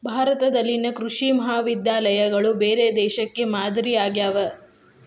ಭಾರತದಲ್ಲಿನ ಕೃಷಿ ಮಹಾವಿದ್ಯಾಲಯಗಳು ಬೇರೆ ದೇಶಕ್ಕೆ ಮಾದರಿ ಆಗ್ಯಾವ